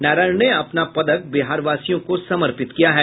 नारायण ने अपना पदक बिहार वासियों को समर्पित किया है